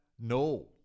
no